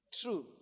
true